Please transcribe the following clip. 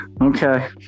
Okay